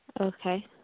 Okay